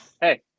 hey